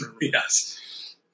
Yes